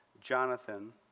Jonathan